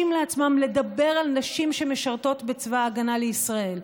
לעצמם לדבר על נשים שמשרתות בצבא ההגנה לישראל,